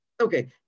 Okay